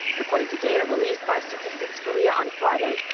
according to data released by statistics korea on friday,